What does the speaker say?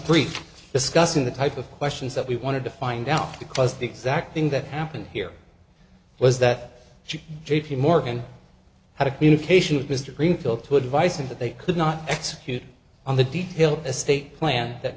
three discussing the type of questions that we wanted to find out because the exact thing that happened here was that she j p morgan had a communication with mr greenfield to advice and that they could not execute on the detail estate plan that